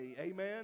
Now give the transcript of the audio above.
Amen